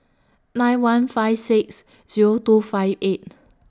nine one five six Zero two five eight